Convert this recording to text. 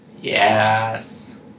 Yes